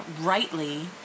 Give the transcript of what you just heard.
rightly